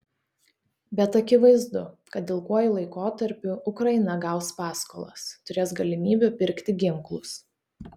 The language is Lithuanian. bet akivaizdu kad ilguoju laikotarpiu ukraina gaus paskolas turės galimybių pirkti ginklus